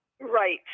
Right